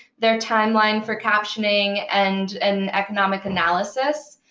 their timeline for captioning, and and economic analysis.